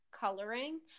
coloring